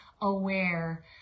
aware